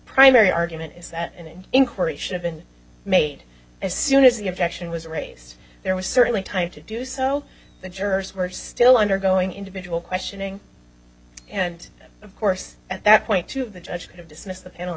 primary argument is that and encourage should have been made as soon as the objection was raised there was certainly time to do so the jurors were still undergoing individual questioning and of course at that point to the judge could have dismissed the pa